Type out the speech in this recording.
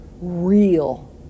real